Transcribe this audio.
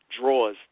draws